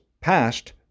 passed